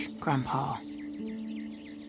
Grandpa